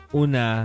una